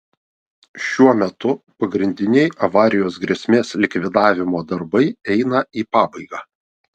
šiuo metu pagrindiniai avarijos grėsmės likvidavimo darbai eina į pabaigą